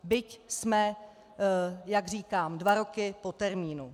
Byť jsme, jak říkám, dva roky po termínu.